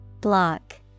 Block